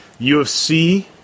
UFC